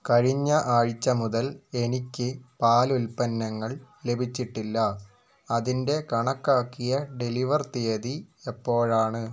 കഴിഞ്ഞ ആഴ്ച മുതൽ എനിക്ക് പാലുൽപ്പന്നങ്ങൾ ലഭിച്ചിട്ടില്ല അതിൻ്റെ കണക്കാക്കിയ ഡെലിവർ തീയതി എപ്പോഴാണ്